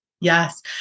Yes